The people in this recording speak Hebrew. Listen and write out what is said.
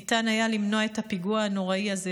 ניתן היה למנוע את הפיגוע הנורא הזה,